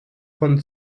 von